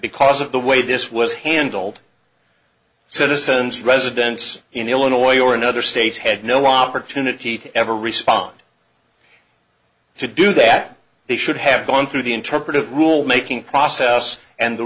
because of the way this was handled citizens residents in illinois or in other states had no opportunity to ever respond to do that they should have gone through the interpretive rule making process and the